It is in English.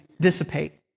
dissipate